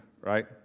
right